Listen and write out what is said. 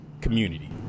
community